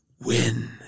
Win